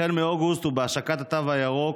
החל מאוגוסט, ובהשקת התו הירוק,